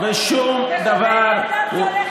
בשונה מבן אדם שהולך עם,